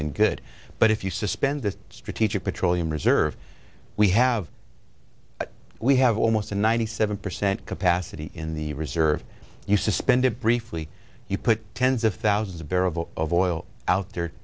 than good but if you suspend the strategic petroleum reserve we have we have almost a ninety seven percent capacity in the reserve you suspended briefly you put tens of thousands of barrels of oil out there